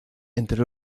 entre